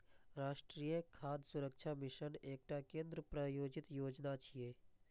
राष्ट्रीय खाद्य सुरक्षा मिशन एकटा केंद्र प्रायोजित योजना छियै